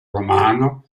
romano